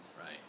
Right